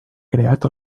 creat